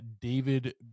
David